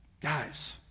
Guys